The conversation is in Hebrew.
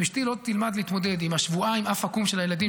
אשתי לא תלמד להתמודד עם שבועיים אף עקום של הילדים